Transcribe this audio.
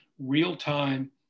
real-time